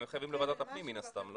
הם חייבים לוועדת הפנים מן הסתם.